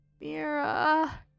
Mira